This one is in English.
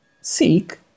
seek